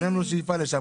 אבל אין לו שאיפה לשם,